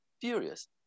Furious